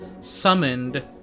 summoned